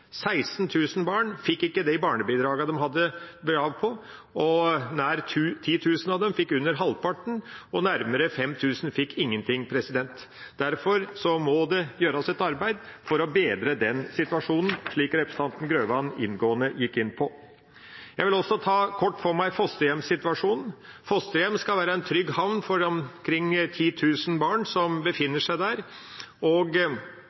barn fikk ikke det barnebidraget de hadde krav på. Nær 10 000 av dem fikk under halvparten, og nærmere 5 000 fikk ingenting. Derfor må det gjøres et arbeid for å bedre den situasjonen, slik representanten Grøvan inngående gikk inn på. Jeg vil også kort ta for meg fosterhjemssituasjonen. Fosterhjem skal være en trygg havn for de omkring 10 000 barna som